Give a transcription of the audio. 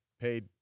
paid